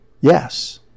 Yes